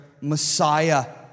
Messiah